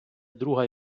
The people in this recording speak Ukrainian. друга